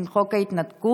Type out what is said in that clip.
עם חוק ההתנתקות,